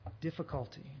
difficulty